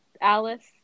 Alice